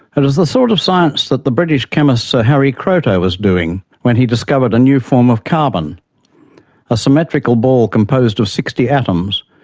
it is the sort of science that the british chemist sir harry kroto was doing when he discovered a new form of carbon a symmetrical ball composed of sixty atoms,